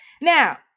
Now